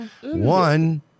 one